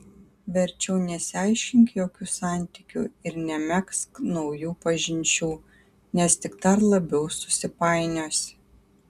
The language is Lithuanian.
verčiau nesiaiškink jokių santykių ir nemegzk naujų pažinčių nes tik dar labiau susipainiosi